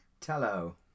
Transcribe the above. Tello